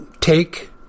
take